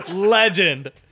Legend